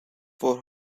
for